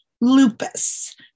Lupus